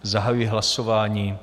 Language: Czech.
Zahajuji hlasování.